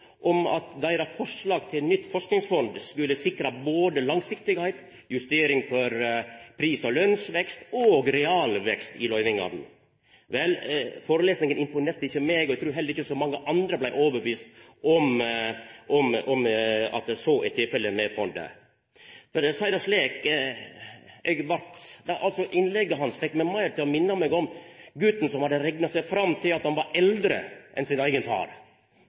om at deira forslag til nytt forskingsfond skulle sikra både langsiktigheit, justering for pris- og lønsvekst og realvekst i løyvingane. Forelesinga imponerte ikkje meg, og eg trur heller ikkje så mange andre vart overtydde om at så er tilfellet med fondet. For å seia det slik: Innlegget hans minte meg meir om guten som hadde rekna seg fram til at han var eldre enn sin eigen